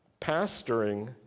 pastoring